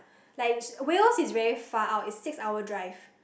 like Wales is very far out it's six hour drive